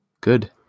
Good